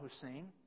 Hussein